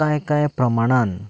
कांय कांय प्रमाणान